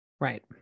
Right